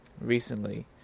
recently